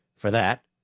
for that,